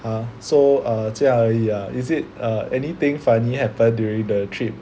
err so err err 这样而已 ah is it err anything funny happened during the trip